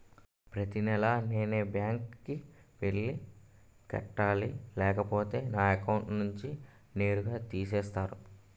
ప్రతి నెల నేనే బ్యాంక్ కి వెళ్లి కట్టాలి లేకపోతే నా అకౌంట్ నుంచి నేరుగా తీసేస్తర?